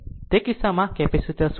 તેથી તે કિસ્સામાં આ કેપેસિટર શું થશે